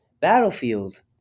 Battlefield